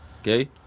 okay